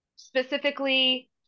Specifically